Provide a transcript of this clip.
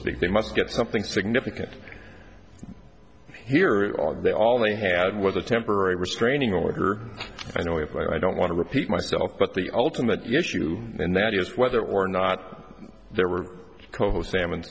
speak they must get something significant here on the all they had was a temporary restraining order i know if i don't want to repeat myself but the ultimate yeshu and that is whether or not there were coho salmon